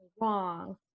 wrong